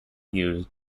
used